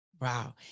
Wow